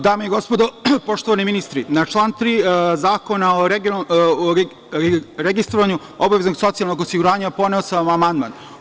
Dame i gospodo, poštovani ministri, na član 3. zakona o Centralnom registru obaveznog socijalnog osiguranja podneo sam amandman.